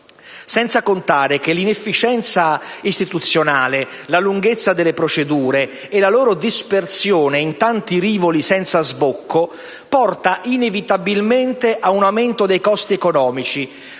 Senza contare che l'inefficienza istituzionale, la lunghezza delle procedure e la loro dispersione in tanti rivoli senza sbocco porta inevitabilmente a un aumento dei costi economici,